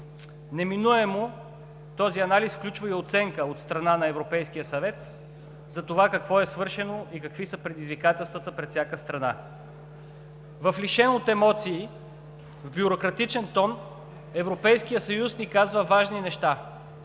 Неминуемо този анализ включва и оценка от страна на Европейския съвет за това какво е свършено и какви са предизвикателствата пред всяка страна. В лишен от емоции, в бюрократичен тон Европейският съюз ни казва важни неща,